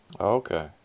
Okay